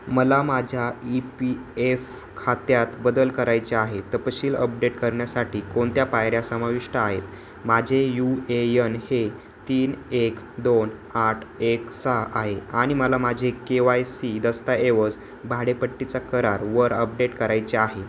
मला माझ्या E P F खात्यात बदल करायच्या आहे तपशील अपडेट करण्यासाठी कोणत्या पायऱ्या समाविष्ट आहेत माझे यू ए यन हे तीन एक दोन आठ एक सहा आहे आणि मला माझे के वाय सी दस्तऐवज भाडेपट्टीचा करार वर अपडेट करायचे आहे